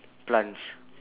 plants